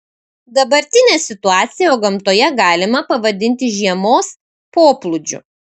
dabartinę situaciją gamtoje galima pavadinti žiemos poplūdžiu